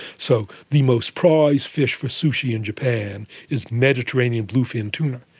so the most prized fish for sushi in japan is mediterranean bluefin tuna.